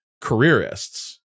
careerists